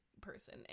person